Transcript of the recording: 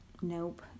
Nope